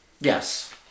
Yes